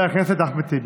חבר הכנסת אחמד טיבי.